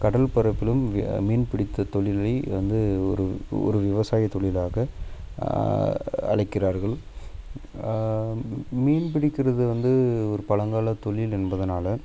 கடல் பரப்பிலும் மீன் பிடித்த தொழிலை வந்து ஒரு ஒரு விவசாயத் தொழிலாக அழைக்கிறார்கள் மீன் பிடிக்கிறது வந்து ஒரு பழங்கால தொழில் என்பதுனால்